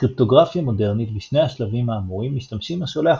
בקריפטוגרפיה מודרנית בשני השלבים האמורים משתמשים השולח